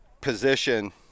position